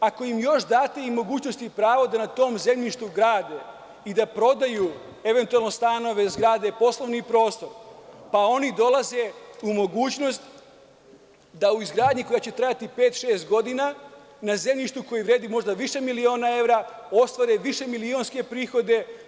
Ako im još date i mogućnost i pravo da na tom zemljištu grade i da prodaju eventualno stanove, zgrade, poslovni prostor, pa oni dolaze u mogućnost da u izgradnji koja će trajati pet, šest godina na zemljištu koje vredi možda više miliona evra ostvare višemilionske prihode.